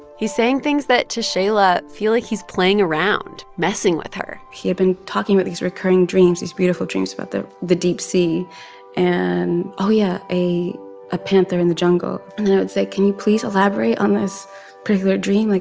he's saying things that, to shaila, feel like he's playing around, messing with her he had been talking with these recurring dreams, these beautiful dreams about the the deep sea and oh, yeah a ah panther panther in the jungle. and i would say, can you please elaborate on this particular dream? like,